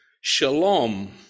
shalom